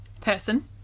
person